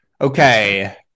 Okay